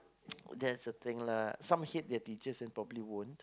that's the thing lah some hate the teachers their teachers and probably won't